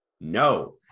No